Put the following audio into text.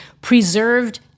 preserved